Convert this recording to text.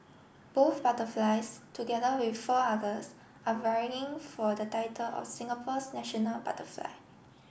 both butterflies together with four others are vying for the title of Singapore's national butterfly